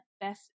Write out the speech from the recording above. best